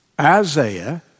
Isaiah